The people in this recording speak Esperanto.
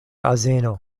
azeno